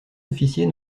officier